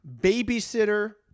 babysitter